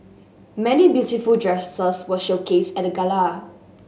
many beautiful dresses were showcased at the gala